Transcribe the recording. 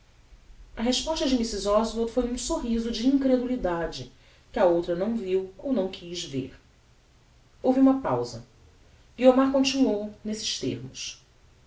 a resposta de mrs oswald foi um sorriso de incredulidade que a outra não viu ou não quiz ver houve uma pausa guiomar continuou nestes termos